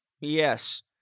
Yes